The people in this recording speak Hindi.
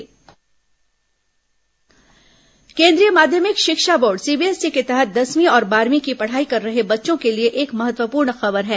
सीबीएसई परीक्षा जेईई केंद्रीय माध्यमिक शिक्षा बोर्ड सीबीएसई के तहत दसवीं और बारहवीं की पढ़ाई कर रहे बच्चों के लिए एक महत्वपूर्ण खबर है